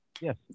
Yes